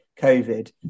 COVID